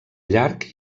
llarg